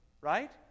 Right